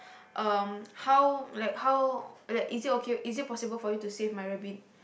um how like how like is it okay is it possible for you to save my rabbit